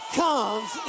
comes